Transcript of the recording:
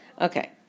Okay